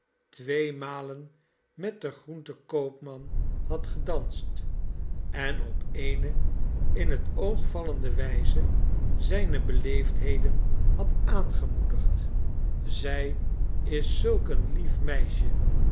tweemalen met den groentenkoopman had gedanst en op eene in het oog vallende wijze zijne beleefdheden had aangemoedigd zij is zulk een lief meisje